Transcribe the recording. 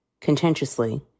contentiously